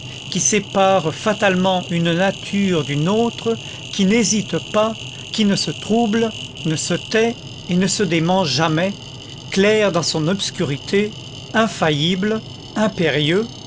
qui sépare fatalement une nature d'une autre nature qui n'hésite pas qui ne se trouble ne se tait et ne se dément jamais clair dans son obscurité infaillible impérieux